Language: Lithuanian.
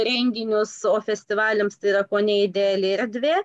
renginius o festivaliams tai yra kone ideali erdvė